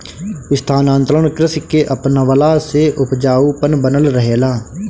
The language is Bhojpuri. स्थानांतरण कृषि के अपनवला से उपजाऊपन बनल रहेला